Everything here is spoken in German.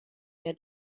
der